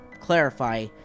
clarify